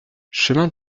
chemin